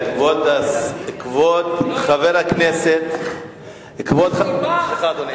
כבוד חבר הכנסת הרב גפני.